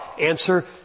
answer